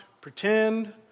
pretend